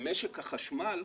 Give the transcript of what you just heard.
שבמשק החשמל,